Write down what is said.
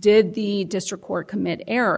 did the district court commit error